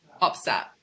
upset